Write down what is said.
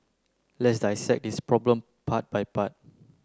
let's dissect this problem part by part